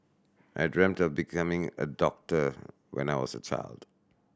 I dreamt of becoming a doctor when I was a child